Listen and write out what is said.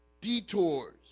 Detours